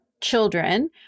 children